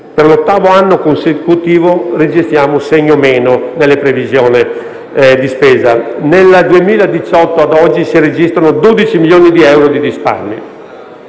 per l'ottavo anno consecutivo registra il segno meno nelle previsioni di spesa. Nel 2018 al momento si registrano 12 milioni di euro di risparmi.